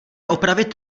opravit